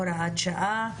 הוראת שעה,